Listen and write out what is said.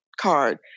card